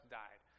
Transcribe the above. died